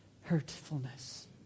hurtfulness